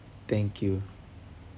thank you